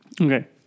Okay